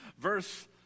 Verse